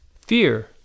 fear